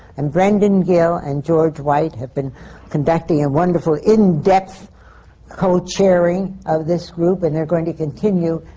and brendan gill and george white have been conducting a wonderful, in-depth co-chairing of this group, and they're going to continue.